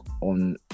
on